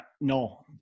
No